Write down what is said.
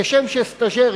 כשם שסטאז'ר,